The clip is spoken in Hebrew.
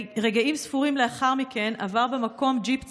רגעים ספורים לאחר מכן עבר במקום ג'יפ צבאי,